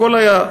הכול היה,